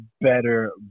better